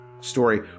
story